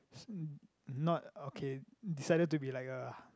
not okay decided to be like a